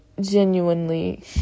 genuinely